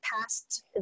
past